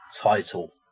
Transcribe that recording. title